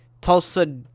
Tulsa